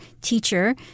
teacher